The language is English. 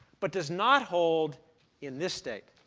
but does not hold in this state.